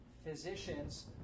physicians